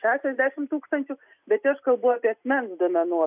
šešiasdešimt tūkstančių bet čia aš kalbu apie asmens duomenų